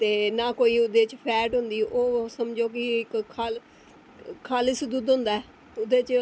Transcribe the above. ते ना ओह्दे च फैट होंदी ओह् समझो कि ओह्दे च खालस दुद्ध होंदा ऐ ते ओह्दे च